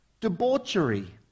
debauchery